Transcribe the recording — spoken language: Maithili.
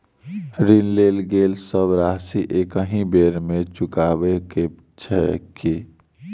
ऋण लेल गेल सब राशि एकहि बेर मे चुकाबऽ केँ छै की?